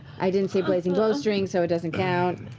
i didn't say blazing bowstring, so it doesn't count.